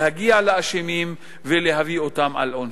להגיע לאשמים ולהביא אותם על עונשם.